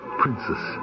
princess